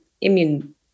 immune